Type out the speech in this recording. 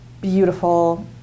beautiful